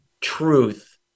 truth